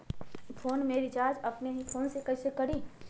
Phone में recharge अपने ही फ़ोन से कईसे करी?